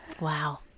Wow